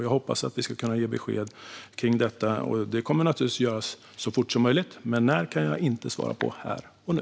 Jag hoppas att vi ska kunna ge besked om det. Det kommer att göras så fort som möjligt. Men när kan jag inte svara på här och nu.